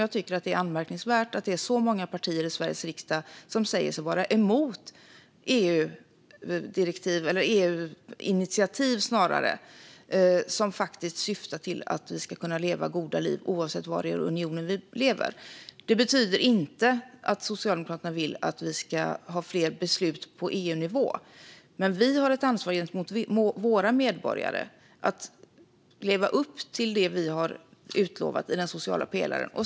Jag tycker att det är anmärkningsvärt att det är så många partier i Sveriges riksdag som säger sig vara emot EU-initiativ som syftar till att vi ska kunna leva goda liv oavsett var i unionen vi lever. Det här betyder inte att Socialdemokraterna vill ha fler beslut på EU-nivå, men vi har ett ansvar gentemot våra medborgare att leva upp till det som vi har utlovat i den sociala pelaren.